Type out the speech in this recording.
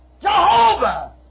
Jehovah